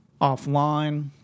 offline